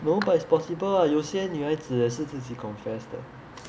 no but it's possible [what] 有些女孩子也是自己 confess 的